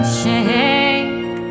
shake